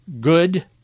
Good